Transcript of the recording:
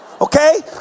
okay